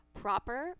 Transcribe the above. Proper